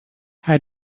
how